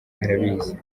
arabizi